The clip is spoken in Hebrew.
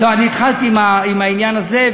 אני התחלתי עם העניין הזה,